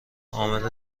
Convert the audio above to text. عامل